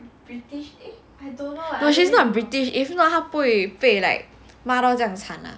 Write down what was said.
no she's not british if not 他不会被 like 骂到这样惨